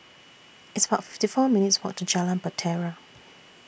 It's about fifty four minutes' Walk to Jalan Bahtera